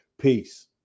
peace